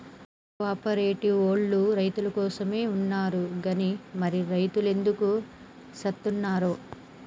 కో ఆపరేటివోల్లు రైతులకోసమే ఉన్నరు గని మరి రైతులెందుకు సత్తున్నరో